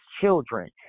children